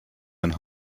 ein